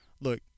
look